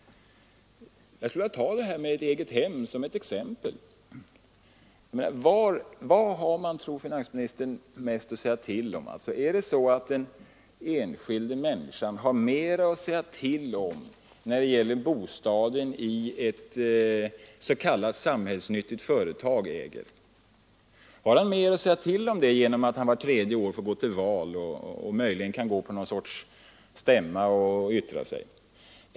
Jag vill åter ta detta med ett egethem som exempel. Är det så, tror finansministern, att enskilda människor när det gäller bostaden har mera att säga till om i hus som ett s.k. samhällsnyttigt företag äger, därför att hyresgästen då vart tredje år får gå till val och möjligen också får yttra sig på en stämma av något slag?